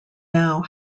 now